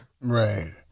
right